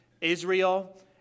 Israel